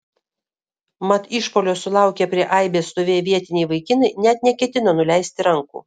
mat išpuolio sulaukę prie aibės stovėję vietiniai vaikinai net neketino nuleisti rankų